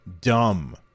dumb